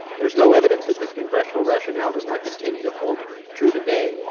there is no evidence that this congressional rationale does not continue to hold true today,